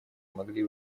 могли